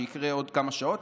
שיקרה עוד כמה שעות,